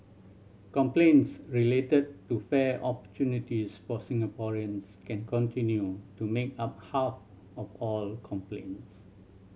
complaints related to fair opportunities for Singaporeans can continue to make up half of all complaints